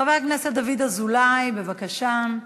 חבר הכנסת דוד אזולאי, בבקשה.